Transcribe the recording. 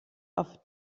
auf